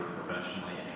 professionally